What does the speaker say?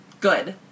Good